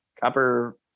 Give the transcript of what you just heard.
Copper